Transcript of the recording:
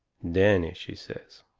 danny, she says,